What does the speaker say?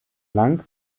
lang